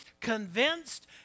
convinced